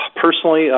personally